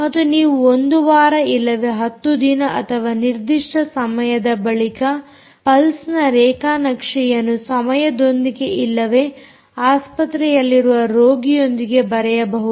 ಮತ್ತು ನೀವು ಒಂದು ವಾರ ಇಲ್ಲವೇ 10 ದಿನ ಅಥವಾ ನಿರ್ದಿಷ್ಟ ಸಮಯದ ಬಳಿಕ ಪಲ್ಸ್ ನ ರೇಖಾನಕ್ಷೆಯನ್ನು ಸಮಯದೊಂದಿಗೆ ಇಲ್ಲವೇ ಆಸ್ಪತ್ರೆಯಲ್ಲಿರುವ ರೋಗಿಯೊಂದಿಗೆ ಬರೆಯಬಹುದು